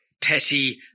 petty